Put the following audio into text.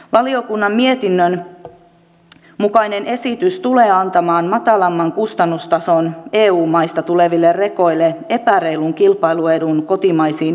valiokunnan mietinnön mukainen esitys tulee antamaan matalamman kustannustason eu maista tuleville rekoille epäreilun kilpailuedun kotimaisiin yrittäjiin nähden